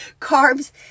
carbs